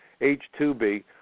H-2B